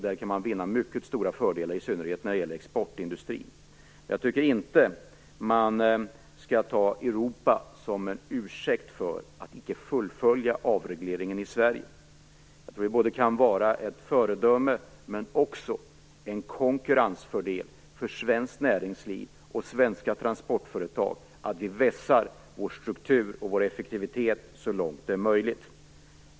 Därmed kan vi vinna mycket stora fördelar, i synnerhet för exportindustrin. Men vi skall inte ta Europa som en ursäkt för att icke fullfölja avregleringen i Sverige. Det kan vara ett föredöme men också en konkurrensfördel för svenskt näringsliv och svenska transportföretag att vi vässar vår struktur och vår effektivitet så långt det är möjligt.